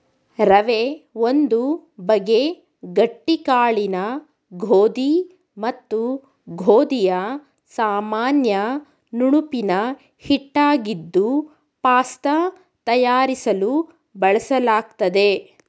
ರವೆ ಒಂದು ಬಗೆ ಗಟ್ಟಿ ಕಾಳಿನ ಗೋಧಿ ಮತ್ತು ಗೋಧಿಯ ಸಾಮಾನ್ಯ ನುಣುಪಿನ ಹಿಟ್ಟಾಗಿದ್ದು ಪಾಸ್ತ ತಯಾರಿಸಲು ಬಳಲಾಗ್ತದೆ